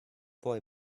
boy